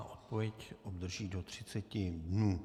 Odpověď obdrží do třiceti dnů.